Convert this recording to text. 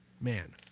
man